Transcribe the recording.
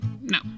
no